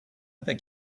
beg